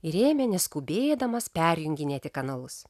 ir ėmė neskubėdamas perjunginėti kanalus